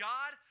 God